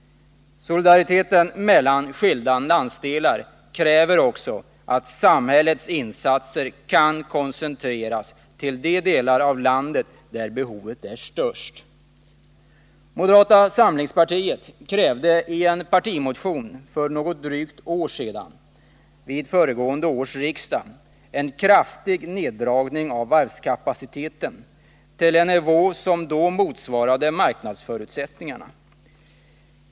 Solidariteten mellan skilda landsdelar kräver också att samhällets insatser kan koncentreras till de delar av landet där behovet är störst. Moderata samlingspartiet krävde i en partimotion för drygt ett år sedan — vid föregående års riksdag — en kraftig neddragning av varvskapaciteten till en nivå som då motsvarade marknadsförutsättningarna.